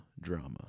drama